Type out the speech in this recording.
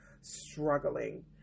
struggling